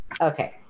Okay